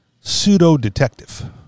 pseudo-detective